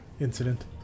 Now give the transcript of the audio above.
incident